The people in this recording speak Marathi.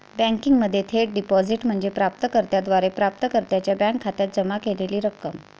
बँकिंगमध्ये थेट डिपॉझिट म्हणजे प्राप्त कर्त्याद्वारे प्राप्तकर्त्याच्या बँक खात्यात जमा केलेली रक्कम